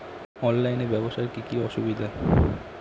অনলাইনে ব্যবসার কি কি অসুবিধা?